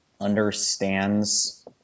understands